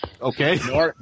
Okay